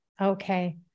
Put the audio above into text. Okay